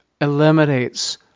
eliminates